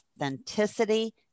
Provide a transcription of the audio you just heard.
authenticity